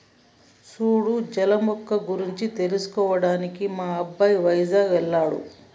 సూడు జల మొక్క గురించి తెలుసుకోవడానికి మా అబ్బాయి వైజాగ్ వెళ్ళాడు